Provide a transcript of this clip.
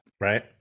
Right